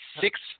six